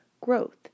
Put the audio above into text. growth